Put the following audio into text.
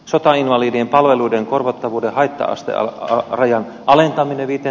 sotainvalidien palveluiden korvattavuuden haitta aste on ollut norjan alentaminen vie